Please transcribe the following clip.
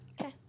Okay